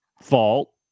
fault